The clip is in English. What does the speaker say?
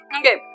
Okay